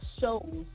shows